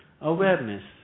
awareness